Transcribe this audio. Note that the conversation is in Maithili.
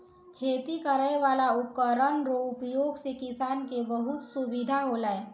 खेती करै वाला उपकरण रो उपयोग से किसान के बहुत सुबिधा होलै